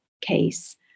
case